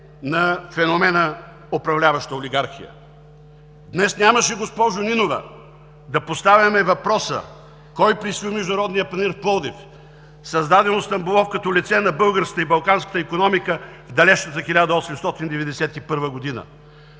на феномена „управляваща олигархия“. Днес нямаше, госпожо Нинова, да поставяме въпроса: кой присвои Международния панаир в Пловдив, създаден от Стамболов, като лице на българската и балканската икономика в далечната 1891 г.?